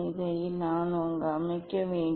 இதை நான் அமைக்க வேண்டும்